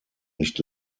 nicht